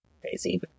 crazy